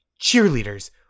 Cheerleaders